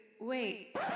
Wait